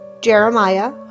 Jeremiah